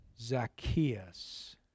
Zacchaeus